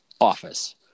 office